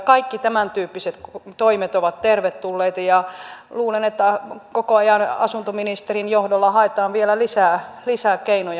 kaikki tämäntyyppiset toimet ovat tervetulleita ja luulen että koko ajan asuntoministerin johdolla haetaan vielä lisää keinoja